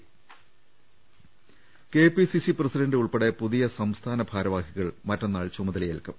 ് KPCC president ഉൾപ്പടെ പുതിയ സംസ്ഥാന ഭാരവാഹികൾ മറ്റന്നാൾ ചുമതലയേൽക്കും